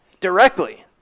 directly